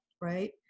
right